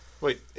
Wait